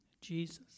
Jesus